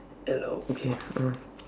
hello okay mm